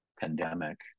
pandemic